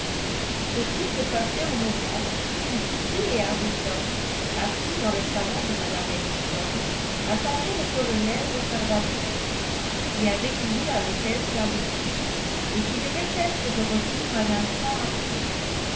ceci se passait au moment où kitty et arbuton assis dans le salon de mme ellison attendaient le colonel retardataire qui avait couru à l'hôtel saint-louis et qui devait être de retour un instant après